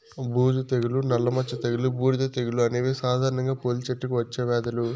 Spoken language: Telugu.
బూజు తెగులు, నల్ల మచ్చ తెగులు, బూడిద తెగులు అనేవి సాధారణంగా పూల చెట్లకు వచ్చే వ్యాధులు